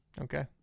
Okay